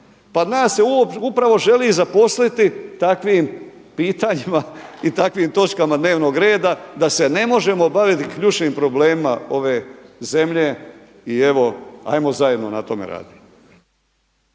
Pa nas se upravo želi zaposliti takvim pitanjima i takvim točkama dnevnog reda da se ne možemo baviti ključnim problemima ove zemlje i evo ajmo zajedno na tome raditi.